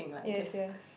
yes yes